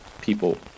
people